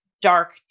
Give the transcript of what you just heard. dark